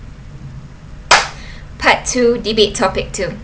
part two debate topic two